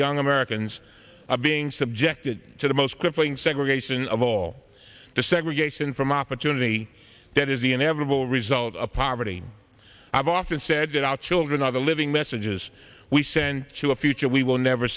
young americans are being subjected to the most crippling segregation of all the segregation from opportunity that is the inevitable result of poverty i've often said that our children are the living messages we send to a future we will never